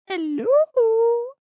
Hello